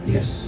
Yes